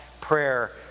prayer